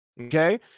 Okay